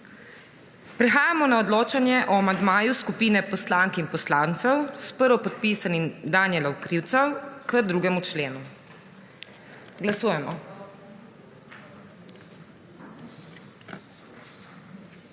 Prehajamo na odločanje o amandmaju skupine poslank in poslancev s prvopodpisanim Danijelom Krivcem k 2. členu. Glasujemo.